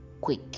quick